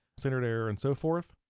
standard error and so forth.